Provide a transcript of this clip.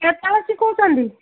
କେତେ ସିଖଉଛନ୍ତି